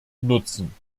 nutzen